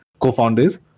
co-founders